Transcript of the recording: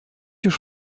już